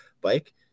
bike